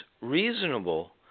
reasonable